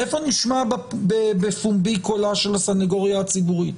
איפה נשמע בפומבי קולה של הסנגוריה הציבורית?